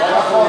שלא נדע,